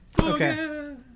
Okay